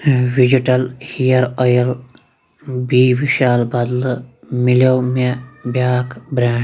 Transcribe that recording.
ویٚجِٹل hair oil بی وِشال بدلہٕ مِلیو مےٚ بیٛاکھ برٛینٛڈ